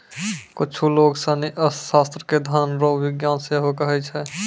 कुच्छु लोग सनी अर्थशास्त्र के धन रो विज्ञान सेहो कहै छै